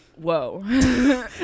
whoa